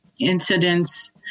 incidents